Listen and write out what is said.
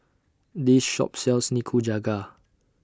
This Shop sells Nikujaga